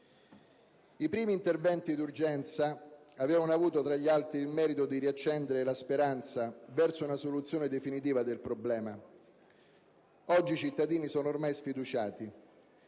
I primi interventi d'urgenza avevano avuto tra gli altri il merito di riaccendere la speranza verso una soluzione definitiva del problema; oggi i cittadini sono ormai sfiduciati.